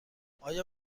آیا